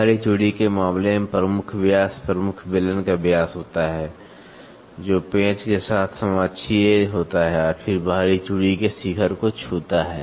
बाहरी चूड़ी के मामले में प्रमुख व्यास प्रमुख बेलन का व्यास होता है जो पेंच के साथ समाक्षीय होता है और बाहरी चूड़ी के शिखर को छूता है